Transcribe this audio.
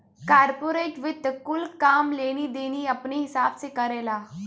corporate वित्त कुल काम लेनी देनी अपने हिसाब से करेला